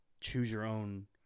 choose-your-own